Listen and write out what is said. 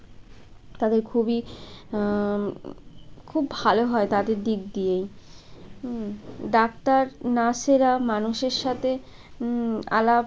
তাদের খুবই খুব ভালো হয় তাদের দিক দিয়েই ডাক্তার নার্সেরা মানুষের সাথে আলাপ